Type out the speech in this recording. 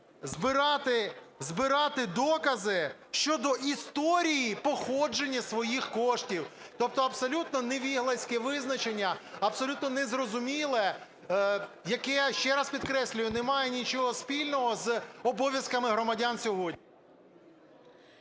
збирати докази щодо історії походження своїх коштів. Тобто абсолютно невіглаське визначення, абсолютно незрозуміле, яке, ще раз підкреслюю, немає нічого спільного з обов'язками громадян сьогодні.